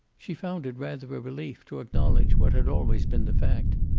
she found it rather a relief to acknowledge what had always been the fact.